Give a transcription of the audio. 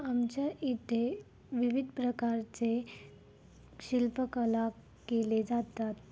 आमच्या इथे विविध प्रकारचे शिल्पकला केले जातात